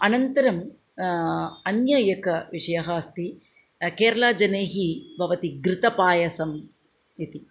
अनन्तरम् अन्येकः विषयः अस्ति केर्ला जनैः भवति घृतपायसम् इति